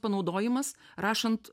panaudojimas rašant